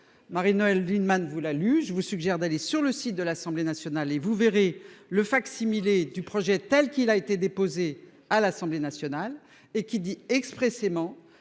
Marie-Noëlle Lienemann, vous la luge vous suggère d'aller sur le site de l'Assemblée nationale et vous verrez le fac-similé du projet tel qu'il a été déposé à l'Assemblée nationale et qui dit expressément